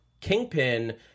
Kingpin